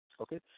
Okay